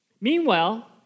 Meanwhile